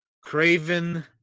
Craven